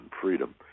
freedom